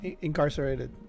Incarcerated